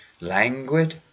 languid